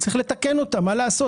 צריך לתקן אותה, מה לעשות.